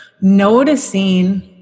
noticing